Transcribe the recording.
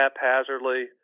haphazardly